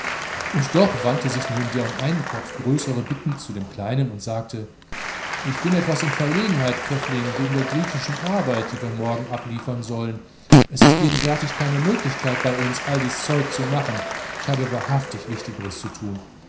und doch wandte sich nun der um einen kopf größere bittend zu dem kleinen und sagte ich bin etwas in verlegenheit pfäffling wegen der griechischen arbeit die wir morgen abliefern sollen es ist gegenwärtig keine möglichkeit bei uns all dies zeug zu machen ich habe wahrhaftig wichtigeres zu tun